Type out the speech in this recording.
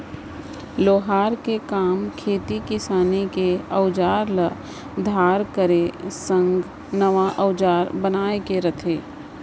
लोहार के काम खेती किसानी के अउजार ल धार करे संग नवा अउजार बनाए के रथे